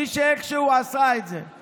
מי שאיכשהו עשה את זה.